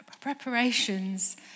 preparations